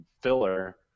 filler